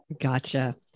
Gotcha